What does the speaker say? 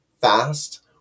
fast